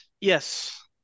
Yes